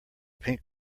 pink